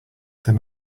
there